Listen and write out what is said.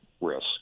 risk